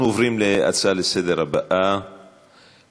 אנחנו עוברים להצעה הבאה לסדר-היום.